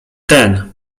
ten